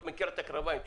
את מכירה את הקרביים שלו.